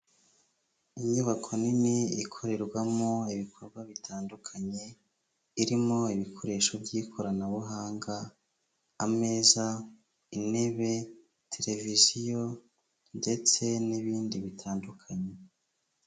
Inyubako nini ikorerwamo ibikorwa bitandukanye, irimo ibikoresho by'ikoranabuhanga, ameza, intebe, televiziyo ndetse n'ibindi bitandukanye.